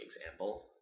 example